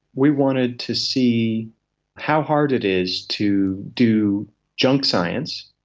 we wanted to see how hard it is to do junk science,